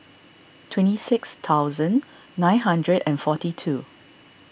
twenty six thousand nine hundred and forty two